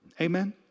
Amen